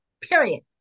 period